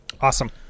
Awesome